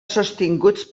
sostinguts